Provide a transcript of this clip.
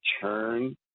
turn